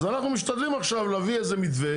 אז אנחנו משתדלים עכשיו להביא איזה מתווה